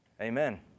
Amen